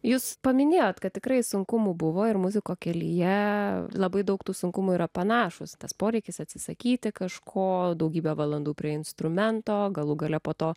jūs paminėjote kad tikrai sunkumų buvo ir muziko kelyje labai daug tų sunkumų yra panašūs tas poreikis atsisakyti kažko daugybę valandų prie instrumento galų gale po to